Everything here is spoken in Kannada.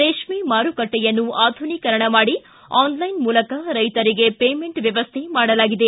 ರೇಷ್ಮ ಮಾರುಕಟ್ಟೆಯನ್ನು ಅಧುನೀಕರಣ ಮಾಡಿ ಅನ್ ಲೈನ್ ಮೂಲಕ ರೈತರಿಗೆ ಪೇಮೆಂಟ್ ವ್ಯವಸ್ಥೆ ಮಾಡಲಾಗಿದೆ